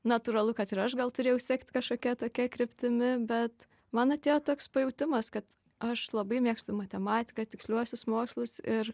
natūralu kad ir aš gal turėjau sekti kažkokia tokia kryptimi bet man atėjo toks pajautimas kad aš labai mėgstu matematiką tiksliuosius mokslus ir